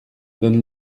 donne